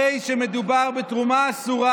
הרי מדובר בתרומה אסורה.